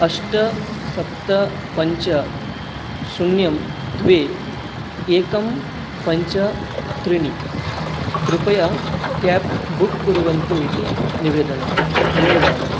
अष्ट सप्त पञ्च शून्यं द्वे एकं पञ्च त्रीणि कृपया क्याब् बुक् कुर्वन्तु इति निवेदनं धन्यवादः